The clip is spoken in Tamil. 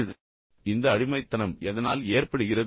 உங்களுக்கு இந்த அடிமைத்தனம் எதனால் ஏற்படுகிறது